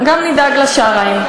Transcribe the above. נדאג גם לשרעיים.